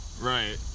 right